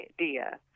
idea